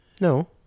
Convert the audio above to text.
No